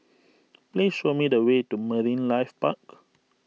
please show me the way to Marine Life Park